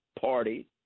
party